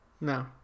No